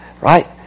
right